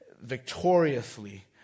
victoriously